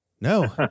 No